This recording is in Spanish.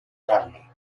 carne